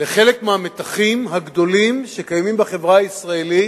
חלק מהמתחים הגדולים שקיימים בחברה הישראלית,